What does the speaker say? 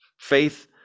faith